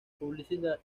publicidad